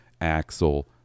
Axel